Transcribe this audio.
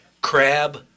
crab